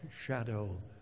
shadow